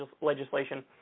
legislation